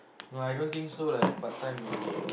no I don't think so like part time will